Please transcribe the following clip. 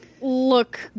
look